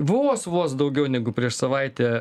vos vos daugiau negu prieš savaitę